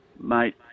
mate